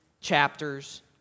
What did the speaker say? chapters